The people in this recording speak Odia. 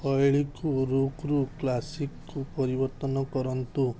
ଶୈଳୀକୁ ଋକ୍ରୁ କ୍ଲାସିକ୍କୁ ପରିବର୍ତ୍ତନ କରନ୍ତୁ